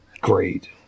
Great